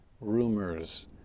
rumors